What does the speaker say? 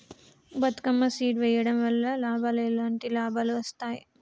Bathukamma seed వెయ్యడం వల్ల ఎలాంటి లాభాలు వస్తాయి?